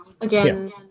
again